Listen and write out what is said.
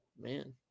man